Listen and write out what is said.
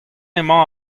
emañ